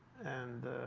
and